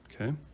Okay